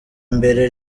mbere